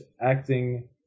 acting